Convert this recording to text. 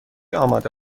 آماده